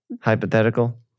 Hypothetical